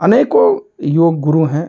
अनेकों योग गुरु हैं